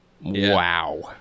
Wow